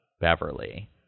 Beverly